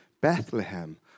Bethlehem